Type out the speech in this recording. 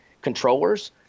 controllers